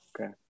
okay